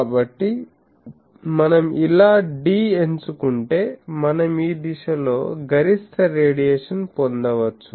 కాబట్టి మనం ఇలా 'd' ఎంచుకుంటే మనం ఈ దిశలో గరిష్ట రేడియేషన్ పొందవచ్చు